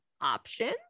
options